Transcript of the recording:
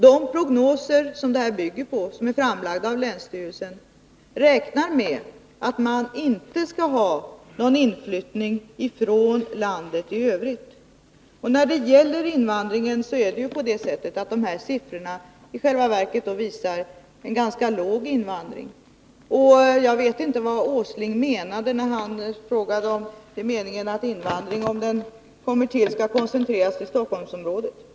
De prognoser som dessa siffror bygger på och som är framlagda av länsstyrelsen räknar med att man inte skall ha någon inflyttning från landet i övrigt. Siffrorna visar i själva verket på en ganska låg invandring. Jag vet inte vad Nils Åsling menade, när han frågade om avsikten är att invandringen skall koncentreras till Stockholmsområdet.